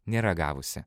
nėra gavusi